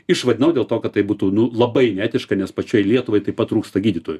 išvadinau dėl to kad tai būtų nu labai neetiška nes pačiai lietuvai taip pat trūksta gydytojų